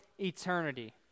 eternity